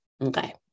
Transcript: Okay